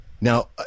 Now